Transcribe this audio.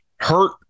hurt